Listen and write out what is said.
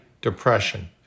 depression